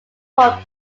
from